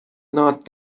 not